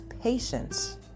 patience